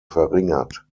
verringert